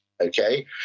okay